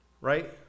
Right